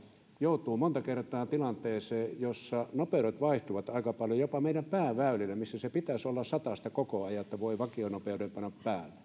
joutuu monta kertaa tilanteeseen jossa nopeudet vaihtuvat aika paljon jopa meidän pääväylillä missä sen pitäisi olla satasta koko ajan niin että voi vakionopeuden panna